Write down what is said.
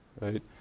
right